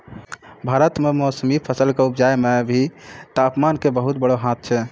भारत मॅ मौसमी फसल कॅ उपजाय मॅ भी तामपान के बहुत बड़ो हाथ छै